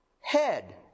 head